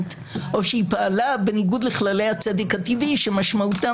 הפרלמנט או שהיא פעלה בניגוד לכללי הצדק הטבעי שמשמעותם,